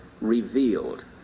revealed